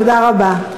תודה רבה.